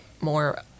more